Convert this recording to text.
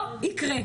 לא יקרה.